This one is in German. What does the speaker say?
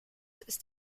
ist